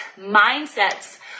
mindsets